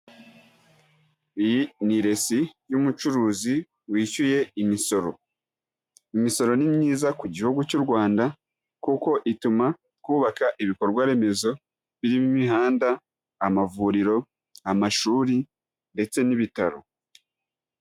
Iyi ni resi y'umucuruzi wishyuye imisoro. Imisoro ni myiza ku Gihugu cy'u Rwanda kuko ituma twubaka ibikorwa remezo birimo imihanda, amavuriro, amashuri ndetse n'ibitaro.